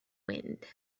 wind